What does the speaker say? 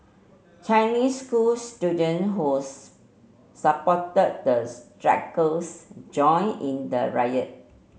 Chinese school student who's supported the strikers joined in the riot